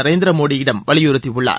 நரேந்திர மோடியிடம் வலியுறுத்தியுள்ளார்